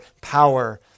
power